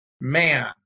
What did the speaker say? man